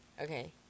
Okay